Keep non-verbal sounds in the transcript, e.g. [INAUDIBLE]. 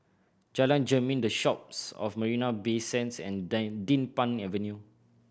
Jalan Jermin The Shoppes of Marina Bay Sands and [UNINTELLIGIBLE] Din Pang Avenue